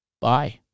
Bye